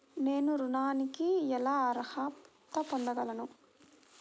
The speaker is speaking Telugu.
నేను ఋణానికి ఎలా అర్హత పొందగలను?